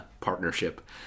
partnership